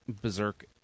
berserk